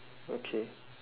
okay